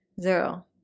zero